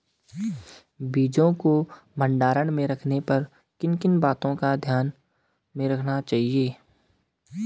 बीजों को भंडारण में रखने पर किन किन बातों को ध्यान में रखना चाहिए?